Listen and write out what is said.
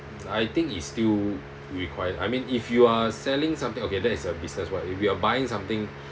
I think is still required I mean if you are selling something okay that is a business [what] if we are buying something